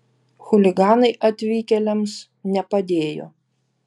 chuliganai atvykėliams nepadėjo